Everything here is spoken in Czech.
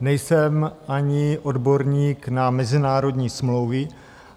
Nejsem ani odborník na mezinárodní smlouvy,